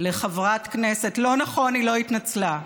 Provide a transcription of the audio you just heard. לחברת כנסת, היא התנצלה.